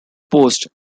post